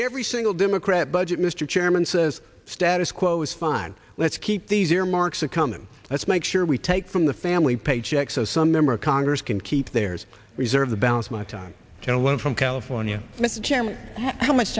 every single democrat budget mr chairman says status quo is fine let's keep these earmarks a common let's make sure we take from the family paychecks so some member of congress can keep theirs reserve the balance my time to learn from california